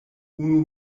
unu